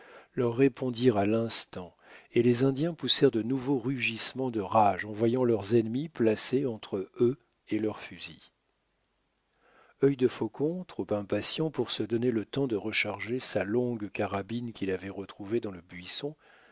leur répondirent à l'instant et les indiens poussèrent de nouveaux rugissements de rage en voyant leurs ennemis placés entre eux et leurs fusils œil de faucon trop impatient pour se donner le temps de recharger sa longue carabine qu'il avait retrouvée dans le buisson